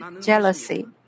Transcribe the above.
jealousy